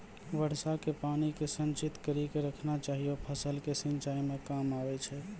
वर्षा के पानी के संचित कड़ी के रखना चाहियौ फ़सल के सिंचाई मे काम आबै छै?